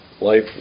life